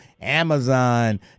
Amazon